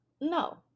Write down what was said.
no